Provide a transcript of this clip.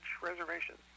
Reservation